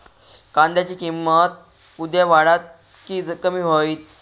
कांद्याची किंमत उद्या वाढात की कमी होईत?